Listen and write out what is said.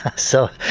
so,